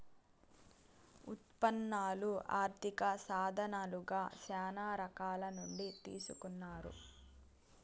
ఉత్పన్నాలు ఆర్థిక సాధనాలుగా శ్యానా రకాల నుండి తీసుకున్నారు